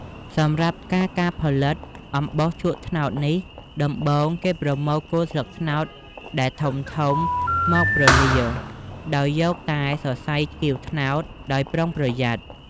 សម្រាប់់ការការផលិតអំបោសជក់ត្នោតនេះ ដំបូង គេប្រមូលគល់ស្លឹកត្នោតដែលធំៗ មកប្រលាដោយយកតែសរសៃគាវត្នោតដោយប្រុងប្រយ័ត្ន។